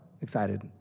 excited